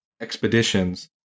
expeditions